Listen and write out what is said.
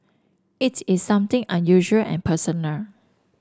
it is something unusual and personal